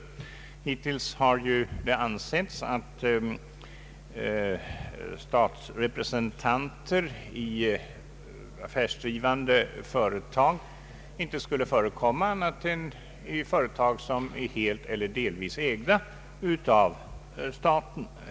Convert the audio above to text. Hittills har det ansetts att statsrepresentanter i affärsdrivande företag inte skulle förekomma annat än i företag som är helt eller delvis ägda av staten.